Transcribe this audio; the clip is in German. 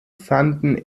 fanden